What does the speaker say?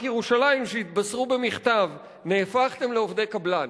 ירושלים שהתבשרו במכתב: נהפכתם לעובדי קבלן.